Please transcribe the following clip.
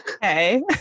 Hey